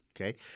Okay